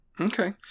okay